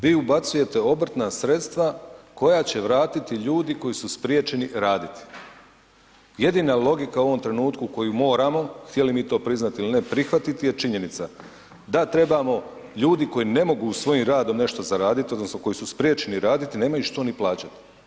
vi ubacujte obrtna sredstva koja će vratiti ljudi koji su spriječeni raditi. jedina logika u ovom trenutku koju moramo, htjeli mi to priznati ili ne prihvatiti je činjenica da trebamo ljudi koji ne mogu svojim radom nešto zaraditi odnosno koji su spriječeni raditi nemaju što ni plaćati.